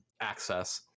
access